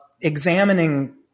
examining